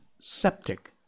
septic